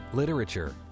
literature